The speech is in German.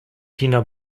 tina